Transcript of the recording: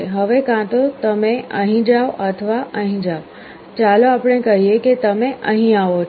હવે કાં તો તમે અહીં જાઓ અથવા અહીં જાઓ ચાલો આપણે કહીએ કે તમે અહીં આવો છો